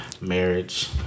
marriage